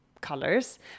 colors